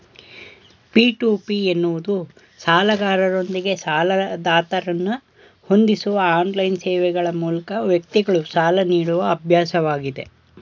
P to P ಎನ್ನುವುದು ಸಾಲಗಾರರೊಂದಿಗೆ ಸಾಲದಾತರನ್ನ ಹೊಂದಿಸುವ ಆನ್ಲೈನ್ ಸೇವೆಗ್ಳ ಮೂಲಕ ವ್ಯಕ್ತಿಗಳು ಸಾಲ ನೀಡುವ ಅಭ್ಯಾಸವಾಗಿದೆ